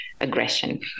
aggression